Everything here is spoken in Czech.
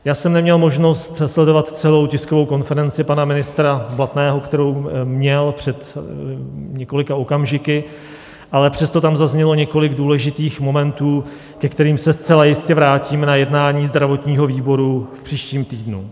Já jsem neměl možnost sledovat celou tiskovou konferenci pana ministra Blatného, kterou měl před několika okamžiky, ale přesto tam zaznělo několik důležitých momentů, ke kterým se zcela jistě vrátíme na jednání zdravotního výboru v příštím týdnu.